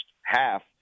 half